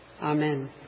Amen